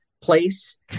place